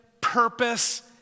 purpose